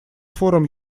форум